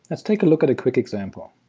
let's take a look at a quick example